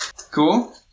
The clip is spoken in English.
Cool